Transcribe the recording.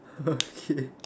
okay